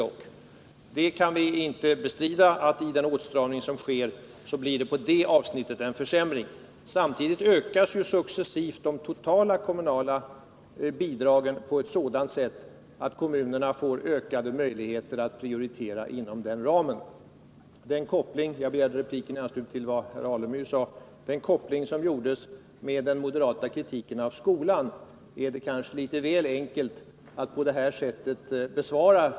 Vi kan inte bestrida att i den åtstramning som sker blir det på det avsnittet en försämring. Samtidigt ökas ju successivt de totala kommunala bidragen på ett sådant sätt att kommunerna får ökade möjligheter att prioritera inom den ramen. Den koppling — jag begärde replik i anslutning till vad Stig Alemyr sade — som gjordes med den moderata kritiken av skolan görs litet väl enkelt av Stig Alemyr.